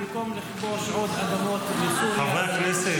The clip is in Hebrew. במקום לכבוש עוד אדמות מסוריה -- חברי הכנסת.